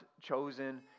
chosen